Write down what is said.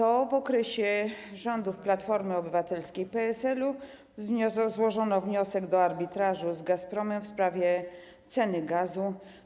To w okresie rządów Platformy Obywatelskiej i PSL-u złożono wniosek do arbitrażu z Gazpromem w sprawie ceny gazu.